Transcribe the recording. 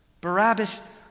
Barabbas